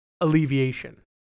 alleviation